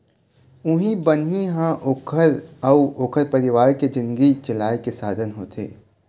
उहीं बनी ह ओखर अउ ओखर परिवार के जिनगी चलाए के साधन होथे